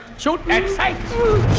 shoot at sight